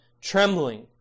trembling